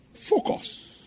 Focus